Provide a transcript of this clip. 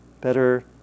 better